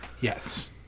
Yes